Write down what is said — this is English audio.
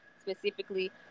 specifically